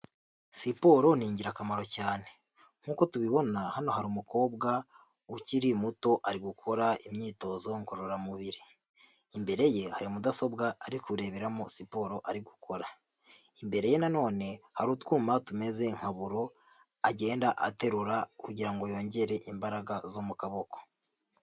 Siporo ni ingirakamaro cyane, nk'uko tubibona hano hari umukobwa ukiri muto, ari gukora imyitozo ngororamubiri, imbere ye hari mudasobwa ari kureberamo siporo ari gukora, imbere ye nanone hari utwuma tumeze nka buro agenda aterura, kugirango yongere imbaraga zo mu kaboko.